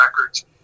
Records